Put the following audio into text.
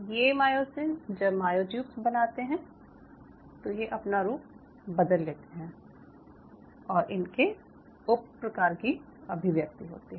ये मायोसिन जब मायोट्यूब्स बनाते हैं तो ये अपना रूप बदल लेते हैं और इनके उप प्रकार की अभिव्यक्ति होती है